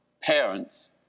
parents